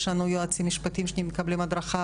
יש לנו יועצים משפטיים שמקבלים הדרכה,